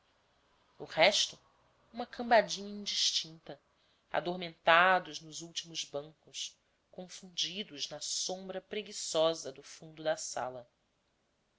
o resto uma cambadinha indistinta adormentados nos últimos bancos confundidos na sombra preguiçosa do fundo da sala